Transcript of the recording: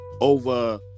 over